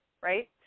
right